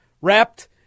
wrapped